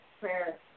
prayer